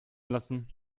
lassen